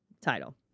title